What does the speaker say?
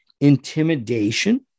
intimidation